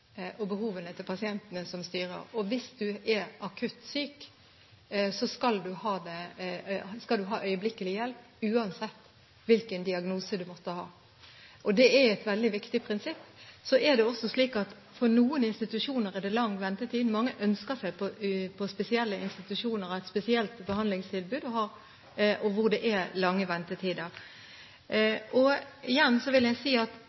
ha øyeblikkelig hjelp, uansett hvilken diagnose man måtte ha. Det er et veldig viktig prinsipp. Så er det også slik at til noen institusjoner er det lang ventetid. Mange ønsker seg til spesielle institusjoner og et spesielt behandlingstilbud, hvor det er lange ventetider. Igjen vil jeg si at